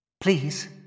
Please